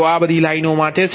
તો આ બધી લાઈનો માટે છે